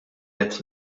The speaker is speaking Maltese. qed